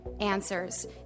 answers